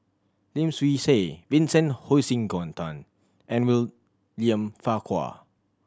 Lim Swee Say Vincent Hoisington and William Farquhar